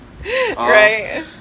Right